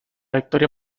victoria